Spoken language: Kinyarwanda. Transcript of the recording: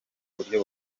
buryo